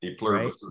right